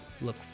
look